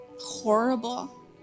horrible